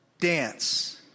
dance